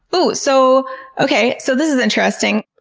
ooh, so okay. so, this is interesting.